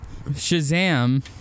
Shazam